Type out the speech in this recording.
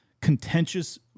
contentious